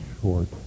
short